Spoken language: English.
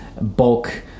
bulk